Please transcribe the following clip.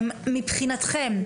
מבחינתכם,